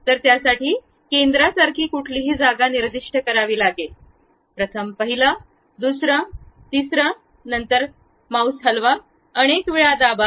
तर त्यासाठी केंद्रासारखी कुठलीही जागा निर्दिष्ट करावी लागेल प्रथम एक दुसरा तिसरा नंतर हलवा अनेकवेळा दाबा